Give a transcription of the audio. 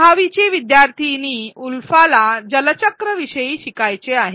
सहावीची विद्यार्थिनी उल्फाला जलचक्र विषयी शिकायचे होते